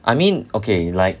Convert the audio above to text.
I mean okay like